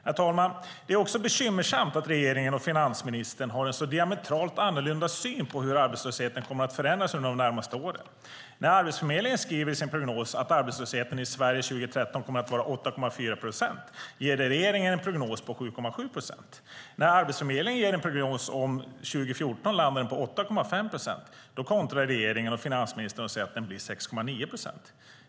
Herr talman! Det är också bekymmersamt att regeringen och finansministern har en så diametralt annorlunda syn i förhållande till Arbetsförmedlingen på hur arbetslösheten kommer att förändras under de närmaste åren. När Arbetsförmedlingen skriver i sin prognos att arbetslösheten i Sverige 2013 kommer att vara 8,4 procent, ger regeringen en prognos på 7,7 procent. När Arbetsförmedlingens prognos om 2014 landar på 8,5 procent kontrar regeringen och finansministern och säger att arbetslösheten blir 6,9 procent.